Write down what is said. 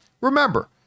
remember